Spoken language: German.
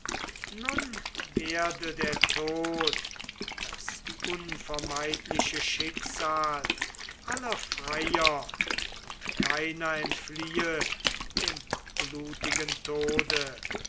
nun werde der tod das unvermeidliche schicksal aller freier und keiner entfliehe dem blutigen tode